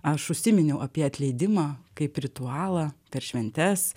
aš užsiminiau apie atleidimą kaip ritualą per šventes